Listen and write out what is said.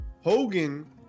Hogan